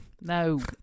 No